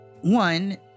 one